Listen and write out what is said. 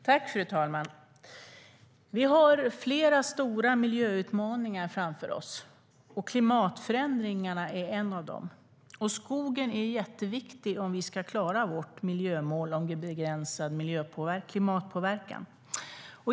Fru talman! Vi har flera stora miljöutmaningar framför oss. Klimatförändringarna är en av dem. Skogen är jätteviktig om vi ska klara vårt miljömål om begränsad klimatpåverkan.